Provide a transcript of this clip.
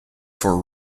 for